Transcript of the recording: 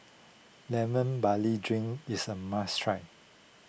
Lemon Barley Drink is a must try